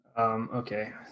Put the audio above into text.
Okay